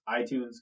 iTunes